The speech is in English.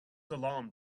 alarmed